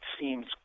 seems